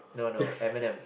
no no Eminem